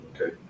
Okay